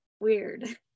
weird